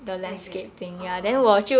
like that orh